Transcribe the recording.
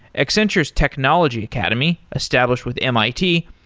accenture's technology academy, established with mit,